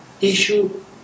issue